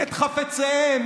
את חפציהם,